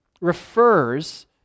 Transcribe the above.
refers